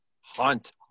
Hunt